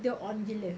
dia on gila